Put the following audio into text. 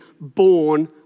born